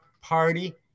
party